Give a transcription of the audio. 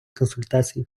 консультацій